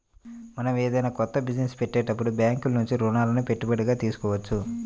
మనం ఏదైనా కొత్త బిజినెస్ పెట్టేటప్పుడు బ్యేంకుల నుంచి రుణాలని పెట్టుబడిగా తీసుకోవచ్చు